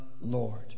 Lord